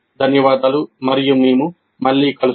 ధన్యవాదాలు మరియు మేము మళ్ళీ కలుస్తాము